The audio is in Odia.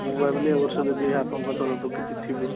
ମୁଁ ଭାବିଲି ଏବର୍ଷ ଯଦି ଆପଣଙ୍କ ତରଫରୁ କିଛି ଥିବ